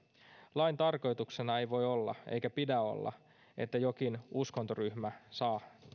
lain tarkoituksena ei voi olla eikä pidä olla että jokin uskontoryhmä saa